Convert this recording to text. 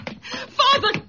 Father